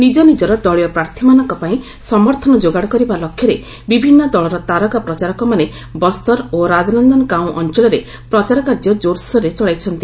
ନିଜ ନିଜର ଦଳୀୟ ପ୍ରାର୍ଥୀମାନଙ୍କ ପାଇଁ ସମର୍ଥନ ଯୋଗାଡ଼ କରିବା ଲକ୍ଷ୍ୟରେ ବିଭିନ୍ନ ଦଳର ତାରକା ପ୍ରଚାରକମାନେ ବସ୍ତର ଓ ରାଜନନ୍ଦଗାଓଁ ଅଞ୍ଚଳରେ ପ୍ରଚାର କାର୍ଯ୍ୟ ଜୋର୍ସୋର୍ରେ ଚଳାଇଛନ୍ତି